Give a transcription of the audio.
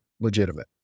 legitimate